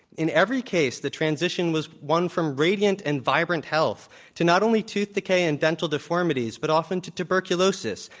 in every case, the transition was one from radiant and vibrant health to not only tooth decay and dental deformities, but often to tuberculosis,